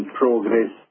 progress